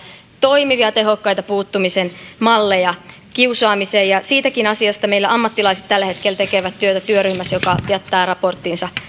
toimivia tehokkaita malleja puuttua kiusaamiseen siinäkin asiassa meillä ammattilaiset tällä hetkellä tekevät työtä työryhmässä joka jättää raporttinsa